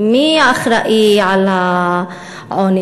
מי האחראי לעוני?